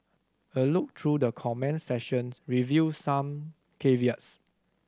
a look through the comments section revealed some caveats